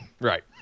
Right